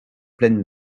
pleine